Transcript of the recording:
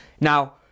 Now